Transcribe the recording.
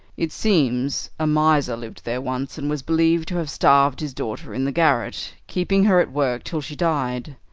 it seems a miser lived there once, and was believed to have starved his daughter in the garret, keeping her at work till she died.